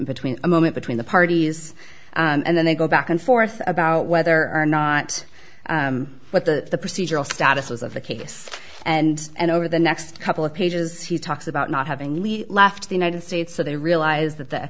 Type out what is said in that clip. between a moment between the parties and then they go back and forth about whether or not what the procedural status was of the case and and over the next couple of pages he talks about not having left the united states so they realize that the